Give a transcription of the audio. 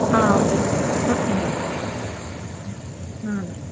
okay అండి okay అండి okay